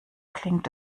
klingt